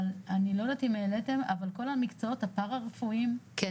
אבל אני לא יודעת אם העליתים הפרא-רפואיים --- אנחנו